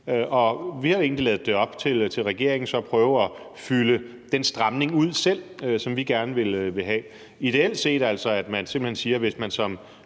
vi har egentlig ladet det være op til regeringen at prøve at fylde den stramning ud selv, som vi gerne vil have – ideelt set, at man simpelt hen siger, at hvis man som